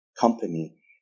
company